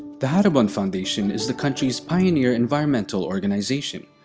the haribon foundation is the country's pioneer environmental organization.